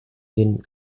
den